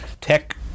tech